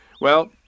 Well